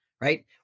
right